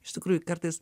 iš tikrųjų kartais